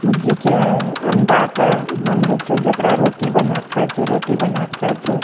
मुर्गी कऽ अँ अण्डा कऽ मन होइत छै जेकरा रोटी बनाए कऽ खाइत छै रोटी बनाए कऽ खाइत छै